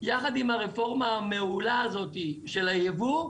יחד עם הרפורמה המעולה הזאת של הייבוא,